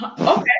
Okay